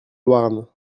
louarn